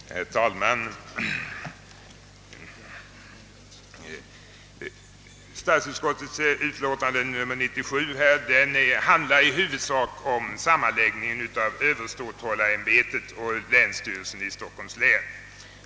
Herr talman! Statsutskottets utlåtande nr 97 behandlar i huvudsak sammanläggningen av <Överståthållarämbetet och länsstyrelsen i Stockholms län.